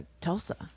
Tulsa